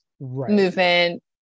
movement